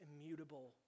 immutable